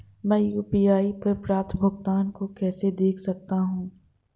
मैं यू.पी.आई पर प्राप्त भुगतान को कैसे देख सकता हूं?